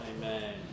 Amen